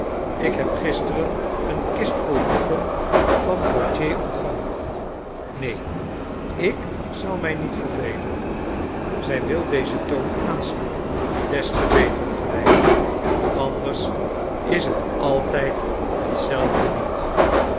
ik heb gisteren een kist vol boeken van gautier ontvangen neen ik zal mij niet vervelen zij wil dezen toon aanslaan des te beter dacht hij anders is het altijd hetzelfde lied